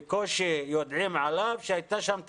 בקושי יודעים עליו שהייתה שם תקלה.